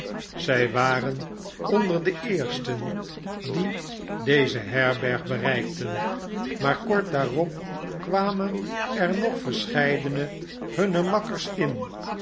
zij waren onder de eersten die deze herberg bereikten maar kort daarop kwamen er nog verscheidene hunner makkers in